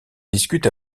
discute